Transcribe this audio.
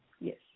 Yes